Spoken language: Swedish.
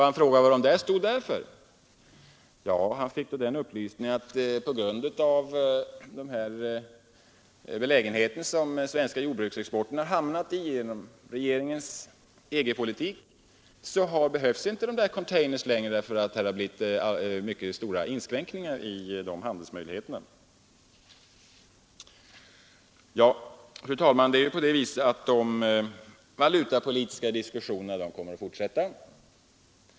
Han frågade varför dessa stod där och fick då den upplysningen att i den belägenhet som den svenska jordbruksexporten hamnat i på grund av regeringens politik behövs inte längre dessa containers, eftersom det blivit mycket stora inskränkningar i denna handel. Fru talman! De valutapolitiska diskussionerna kommer att fortsätta.